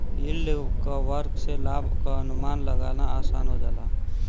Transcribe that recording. yield curve से लाभ क अनुमान लगाना आसान हो जाला